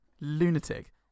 Lunatic